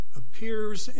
appears